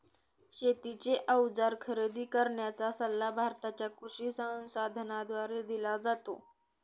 शेतीचे अवजार खरेदी करण्याचा सल्ला भारताच्या कृषी संसाधनाद्वारे दिला जातो